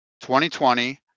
2020